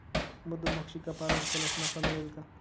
मधुमक्षिका पालन केल्यास नफा मिळेल का?